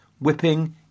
whipping